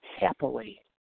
happily